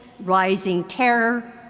rising terror,